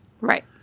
Right